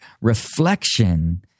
reflection